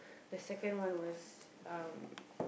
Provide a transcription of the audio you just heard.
the second one was